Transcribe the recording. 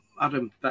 Adam